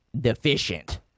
deficient